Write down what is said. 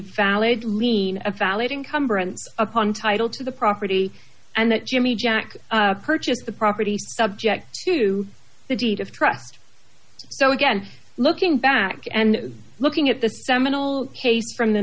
valid lien a valid incumbrance upon title to the property and that jimmy jack purchased the property subject to the deed of trust so again looking back and looking at the seminal case from the